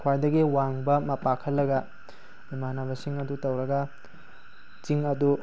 ꯈ꯭꯭ꯋꯥꯏꯗꯒꯤ ꯋꯥꯡꯕ ꯃꯄꯥ ꯈꯜꯂꯒ ꯏꯃꯥꯟꯅꯕꯁꯤꯡ ꯑꯗꯨ ꯇꯧꯔꯒ ꯆꯤꯡ ꯑꯗꯨ